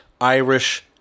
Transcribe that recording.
Irish